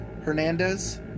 Hernandez